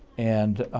and,